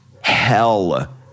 hell